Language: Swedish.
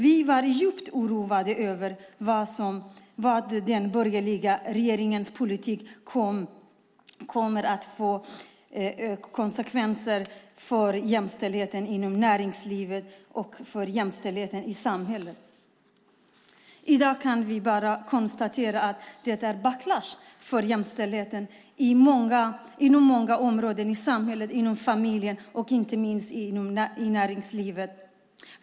Vi var djupt oroade över vad den borgerliga regeringens politik kunde få för konsekvenser för jämställdheten inom näringslivet och för jämställdheten i samhället. I dag kan vi konstatera att det skett en backlash för jämställdheten inom många områden i samhället, inom familjen och inte minst i näringslivet.